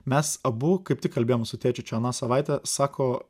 mes abu kaip tik kalbėjom su tėčiu čia aną savaitę sako